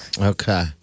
Okay